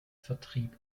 vertrieb